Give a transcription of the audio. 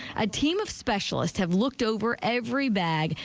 a team of specialists have looked over every bag,